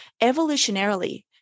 evolutionarily